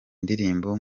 ndirimbo